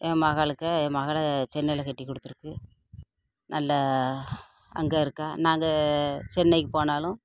என் மகளுக்கு என் மகளை சென்னையில் கட்டி கொடுத்துருக்கு நல்லா அங்கே இருக்கா நாங்கள் சென்னைக்கு போனாலும்